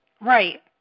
right